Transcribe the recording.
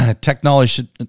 Technology